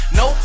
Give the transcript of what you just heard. no